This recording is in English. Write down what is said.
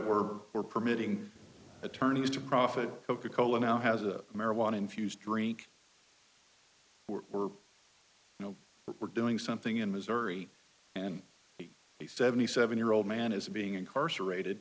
we're we're permitting attorneys to profit coca cola now has a marijuana infused drink we're you know we're doing something in missouri and the seventy seven year old man is being incarcerated